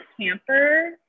camper